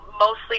mostly